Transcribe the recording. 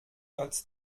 als